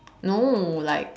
no like